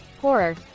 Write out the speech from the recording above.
horror